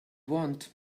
want